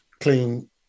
clean